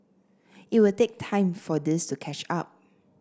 it will take time for this to catch up